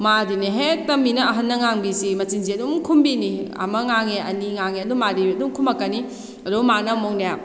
ꯃꯥꯗꯤꯅꯦ ꯍꯦꯛꯇ ꯃꯤꯅ ꯑꯍꯟꯅ ꯉꯥꯡꯕꯁꯤ ꯃꯆꯤꯟꯁꯤ ꯑꯗꯨꯝ ꯈꯨꯝꯕꯤꯅꯤ ꯑꯃ ꯉꯥꯡꯉꯦ ꯑꯅꯤ ꯉꯥꯡꯉꯦ ꯑꯗꯨꯝ ꯃꯥꯗꯤ ꯈꯨꯝꯃꯛꯀꯅꯤ ꯑꯗꯨ ꯃꯥꯅ ꯑꯃꯨꯛꯅꯦ